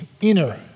inner